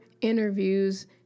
interviews